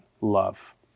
love